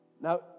Now